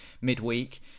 midweek